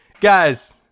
guys